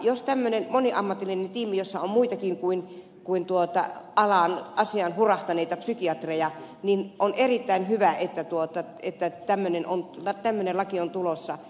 jos on tämmöinen moniammatillinen tiimi jossa on muitakin kuin asiaan hurahtaneita psykiatreja niin on erittäin hyvä että tämmöinen laki on tulossa